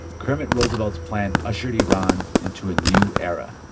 kermit roosevelt's plan ushered iran into a new era